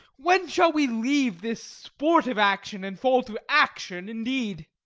when shall we leave this sportive action, and fall to action indeed?